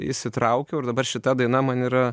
įsitraukiau ir dabar šita daina man yra